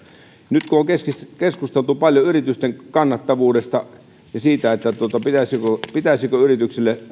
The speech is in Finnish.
nyt on keskusteltu paljon yritysten kannattavuudesta ja siitä pitäisikö yrityksille